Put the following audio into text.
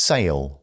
Sale